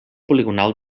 poligonal